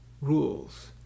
rules